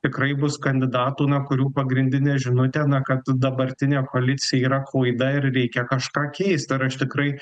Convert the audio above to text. tikrai bus kandidatų na kurių pagrindinė žinutė na kad dabartinė koalicija yra klaida ir reikia kažką keist ir aš tikrai